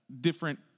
different